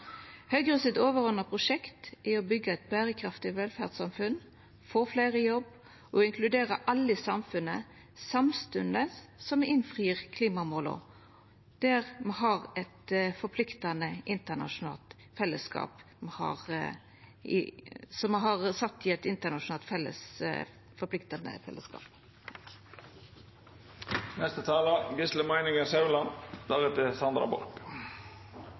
Høgre sitt overordna prosjekt er å byggja eit berekraftig velferdssamfunn, få fleire i jobb og inkludera alle i samfunnet, samstundes som me innfrir klimamåla som me har sett i ein internasjonalt